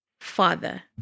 Father